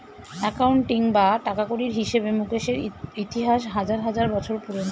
accounting বা টাকাকড়ির হিসেবে মুকেশের ইতিহাস হাজার হাজার বছর পুরোনো